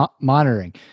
monitoring